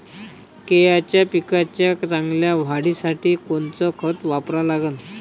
केळाच्या पिकाच्या चांगल्या वाढीसाठी कोनचं खत वापरा लागन?